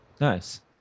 Nice